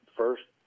first